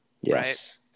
Yes